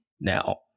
Now